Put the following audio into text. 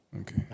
Okay